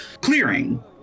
clearing